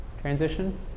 transition